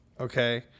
okay